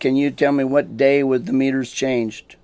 can you tell me what day with the meters changed